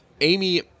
Amy